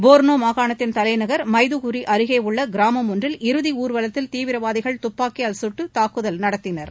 Borno மாகாணத்தின் தலைநகர் Maiduguri அருகே உள்ள கிராமம் ஒன்றில் இறுதி ஊர்வலத்தில் தீவிரவாதிகள் துப்பாக்கியால் சுட்டு தாக்குதல் நடத்தினர்